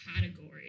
category